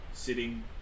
Sitting